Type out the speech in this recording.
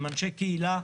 עם אנשי קהילה,